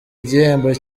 igihembo